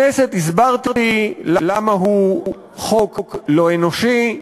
הסברתי בכנסת למה הוא חוק לא אנושי,